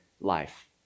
life